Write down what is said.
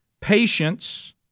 Patience